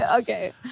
Okay